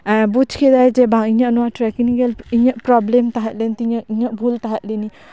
ᱵᱩᱡ ᱠᱮᱫᱟᱭ ᱡᱮ ᱵᱟᱝ ᱤᱧᱟᱹᱜ ᱱᱚᱶᱟ ᱴᱮᱠᱱᱤᱠᱮᱞ ᱤᱧᱟᱹᱜ ᱯᱨᱚᱵᱞᱮᱢ ᱛᱟᱦᱮᱸ ᱞᱮᱱ ᱛᱤᱧᱟ ᱤᱧᱟᱹᱜ ᱵᱷᱩᱞ ᱛᱟᱦᱮᱸ ᱞᱮᱱᱟ